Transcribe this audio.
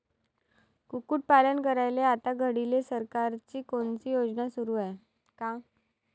कुक्कुटपालन करायले आता घडीले सरकारची कोनची योजना सुरू हाये का?